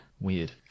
weird